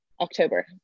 October